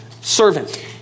Servant